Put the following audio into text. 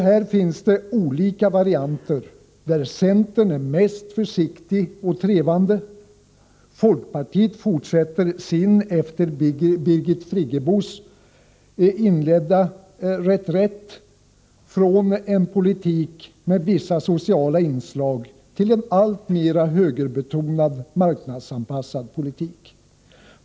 Här finns olika varianter, där centern är mest försiktig och trevande. Folkpartiet fortsätter sin efter Birgit Friggebo inledda reträtt från en politik med vissa sociala inslag till en alltmer högerbetonad, marknadsanpassad politik.